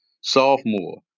sophomore